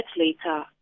later